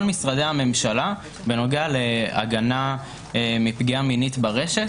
משרדי המשלה בנוגע להגנה מפגיעה מינית ברשת.